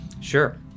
Sure